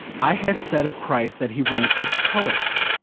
i had said of christ that he ranks with the poets.